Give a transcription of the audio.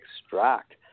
extract